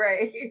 right